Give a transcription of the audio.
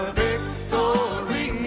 victory